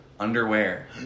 Underwear